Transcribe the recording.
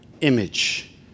image